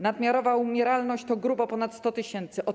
Nadmiarowa umieralność to grubo ponad 100 tys. zgonów.